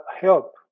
help